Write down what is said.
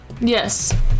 Yes